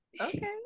Okay